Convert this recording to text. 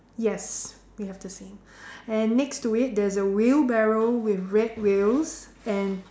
yes we have the same and next to it there's a wheelbarrow with red wheels and